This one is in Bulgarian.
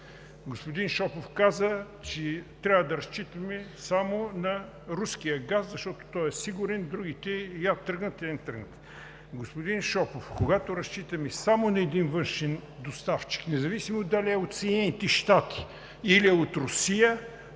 Господин Шопов каза, че трябва да разчитаме само на руския газ, защото той е сигурен, другите – я тръгнат, я не тръгнат. Господин Шопов, когато разчитаме само на един външен доставчик, независимо дали е от Съединените щати или е от Русия,